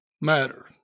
matter